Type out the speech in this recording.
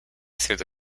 through